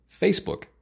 Facebook